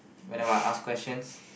whenever I ask questions